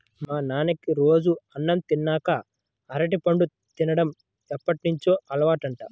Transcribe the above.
మా నాన్నకి రోజూ అన్నం తిన్నాక అరటిపండు తిన్డం ఎప్పటినుంచో అలవాటంట